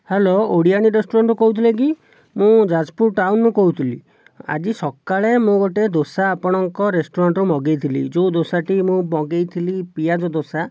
hello ଓଡ଼ିଆଣି ରେଷ୍ଟୁରାଣ୍ଟରୁ କହୁଥିଲେ କି ମୁଁ ଯାଜପୁର ଟାଉନରୁ କହୁଥିଲି ଆଜି ସକାଳେ ମୁଁ ଗୋଟିଏ ଦୋସା ଆପଣଙ୍କ ରେଷ୍ଟୁରାଣ୍ଟରୁ ମଗାଇଥିଲି ଯେଉଁ ଦୋସାଟି ମୁଁ ମଗାଇଥିଲି ପିଆଜ ଦୋସା